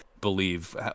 believe